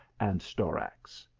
and storax.